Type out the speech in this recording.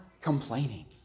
complaining